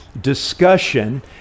discussion